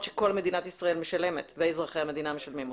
שכל מדינת ישראל משלמת ואזרחי המדינה משלמים אותם.